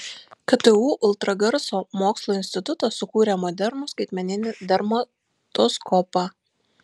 ktu ultragarso mokslo institutas sukūrė modernų skaitmeninį dermatoskopą